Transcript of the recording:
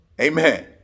Amen